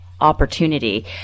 opportunity